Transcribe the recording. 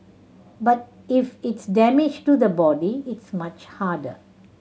but if it's damage to the body it's much harder